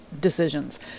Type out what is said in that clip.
decisions